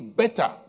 better